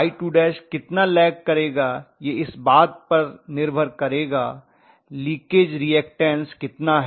I2 कितना lag करेगा यह इस बात पर निर्भर करेगा लीकेज रीऐक्टन्स कितना है